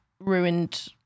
ruined